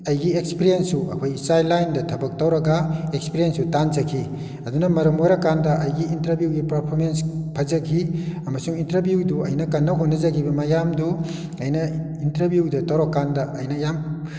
ꯑꯩꯒꯤ ꯑꯦꯛꯁꯄ꯭ꯔꯦꯟꯁꯁꯨ ꯑꯩꯈꯣꯏ ꯆꯥꯏꯜ ꯂꯥꯏꯟꯗ ꯊꯕꯛ ꯇꯧꯔꯒ ꯑꯦꯛꯁꯄ꯭ꯔꯦꯟꯁꯁꯨ ꯇꯥꯟꯖꯈꯤ ꯑꯗꯨꯅ ꯃꯔꯝ ꯑꯣꯏꯔꯀꯥꯟꯗ ꯑꯩꯒꯤ ꯏꯟꯇꯔꯚ꯭ꯌꯨꯒꯤ ꯄꯔꯐꯣꯃꯦꯟꯁ ꯐꯖꯈꯤ ꯑꯃꯁꯨꯡ ꯏꯟꯇꯔꯚ꯭ꯌꯨꯗꯨ ꯑꯩꯅ ꯀꯟꯅ ꯍꯣꯠꯅꯖꯈꯤꯕ ꯃꯌꯥꯝꯗꯨ ꯑꯩꯅ ꯏꯟꯇꯔꯚ꯭ꯌꯨꯗ ꯇꯧꯔꯛꯀꯥꯟꯗ ꯑꯩꯅ ꯌꯥꯝ